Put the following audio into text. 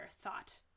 thought